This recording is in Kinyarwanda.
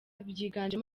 byiganjemo